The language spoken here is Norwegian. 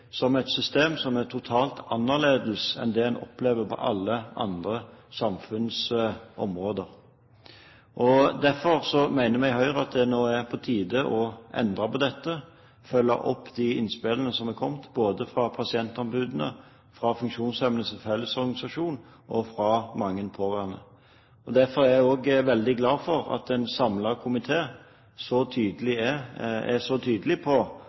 som et system som er totalt annerledes enn det de opplever på alle andre samfunnsområder. Derfor mener vi i Høyre at det nå er på tide å endre på dette og følge opp de innspillene som er kommet, både fra pasientombudene, fra Funksjonshemmedes Fellesorganisasjon og fra mange pårørende. Derfor er jeg veldig glad for at en samlet komité er så tydelig på